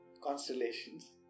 constellations